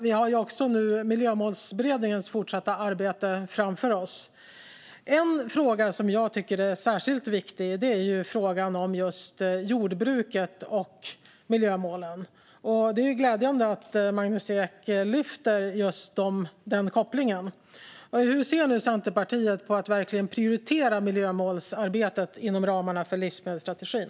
Vi har nu också Miljömålsberedningens fortsatta arbete framför oss. Särskilt viktig är frågan om jordbruket och miljömålen. Det är glädjande att Magnus Ek lyfter fram just den kopplingen. Hur ser Centerpartiet på att verkligen prioritera miljömålsarbetet inom ramarna för livsmedelsstrategin?